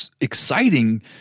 exciting